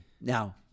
Now